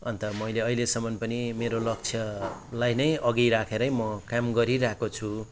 अन्त मैले अहिलेसम्म पनि मेरो लक्ष्यलाई नै अघि राखेरै म काम गरिरहेको छु